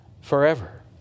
forever